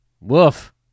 Woof